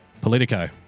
Politico